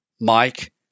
Mike